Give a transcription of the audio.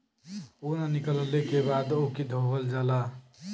ऊन निकलले के बाद ओके धोवल जाला